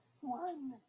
One